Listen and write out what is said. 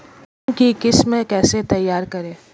मूंग की किस्म कैसे तैयार करें?